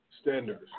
standards